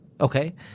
Okay